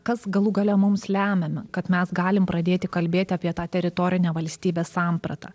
kas galų gale mums lemia kad mes galim pradėti kalbėti apie tą teritorinę valstybės sampratą